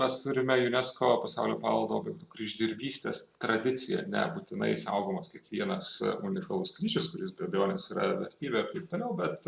mes turime unesco pasaulio paveldo objektų kryždirbystės tradiciją ar ne būtinai saugomas kiekvienas unikalus kryžius kuris be abejonės yra vertybė ir taip toliau bet